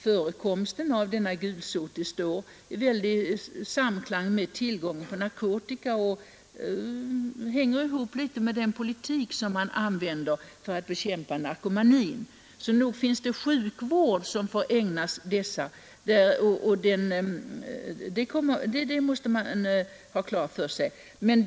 Förekomsten av denna gulsot står väl i samklang med tillgången till narkotika och hänger också samman med den politik som används för att bekämpa narkomanin. Så nog finns det sjukvård som ägnas narkomaner — det måste man ha klart för sig.